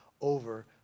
over